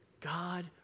God